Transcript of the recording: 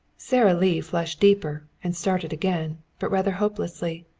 sara lee flushed deeper and started again, but rather hopelessly.